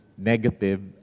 negative